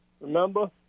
Remember